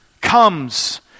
comes